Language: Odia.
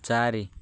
ଚାରି